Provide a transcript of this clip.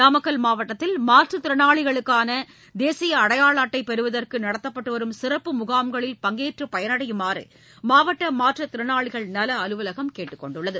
நாமக்கல் மாவட்டத்தில் மாற்றுத்திறனாளிகளுக்கான தேசிய அடையான அட்டை பெறுவதற்கு நடத்தப்பட்டுவரும் சிறப்பு முகாம்களில் பங்கேற்கு பயனடையுமாறு மாவட்ட மாற்றுத்திறனாளிகள் நல அலுவலகம் கேட்டுக்கொண்டுள்ளது